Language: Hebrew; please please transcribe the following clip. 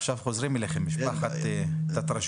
עכשיו חוזרים אליכם משפחת טטרשווילי,